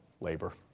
labor